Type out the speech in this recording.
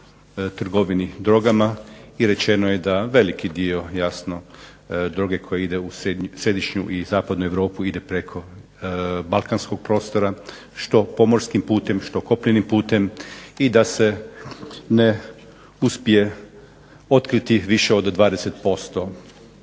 trgovini drogama i rečeno je da veliki dio jasno droge koja ide u središnju i zapadnu Europu ide preko balkanskog prostora što pomorskim putem, što kopnenim putem i da se ne uspije otkriti više od 20%